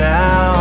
now